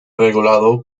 regulado